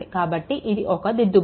కాబట్టి ఒక దిద్దుబాటు